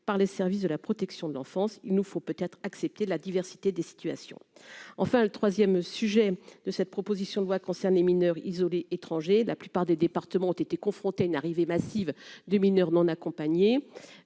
par les services de la protection de l'enfance, il nous faut peut-être accepter la diversité des situations, enfin le 3ème sujet de cette proposition de loi concerne les mineurs isolés étrangers, la plupart des départements ont été confrontés à une arrivée massive de mineurs non accompagnés,